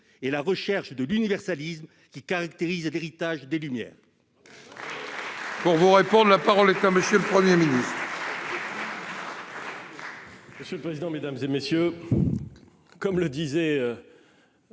et la recherche de l'universalisme qui caractérisent l'héritage des Lumières